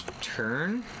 turn